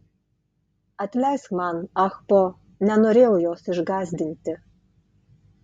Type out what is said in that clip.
atleisk man ahpo nenorėjau jos išgąsdinti